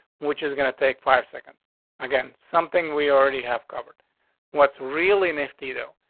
which is gonna take five seconds again, something we already have covered what's really nifty, though?